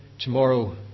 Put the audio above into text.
tomorrow